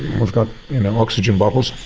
we've got you know oxygen bottles,